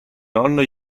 nonno